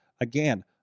Again